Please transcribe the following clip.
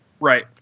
Right